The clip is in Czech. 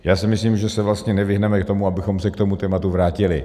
Já si myslím, že se vlastně nevyhneme tomu, abychom se k tomu tématu vrátili.